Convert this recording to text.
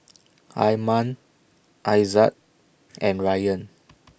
Iman Aizat and Ryan